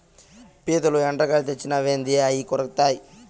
పీతలు, ఎండ్రకాయలు తెచ్చినావేంది అయ్యి కొరుకుతాయి